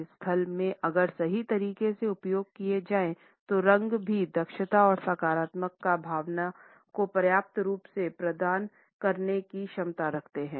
कार्यस्थल में अगर सही तरीके से उपयोग किया जाये तो रंग भी दक्षता और सकारात्मकता की भावना को पर्याप्त रूप से प्रदान करने की क्षमता रखते हैं